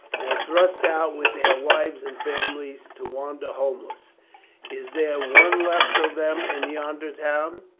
or thrust out with their wives and families to wander homeless is there one left of them in yonder town?